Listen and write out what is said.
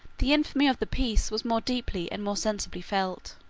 the infamy of the peace was more deeply and more sensibly felt.